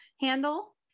handle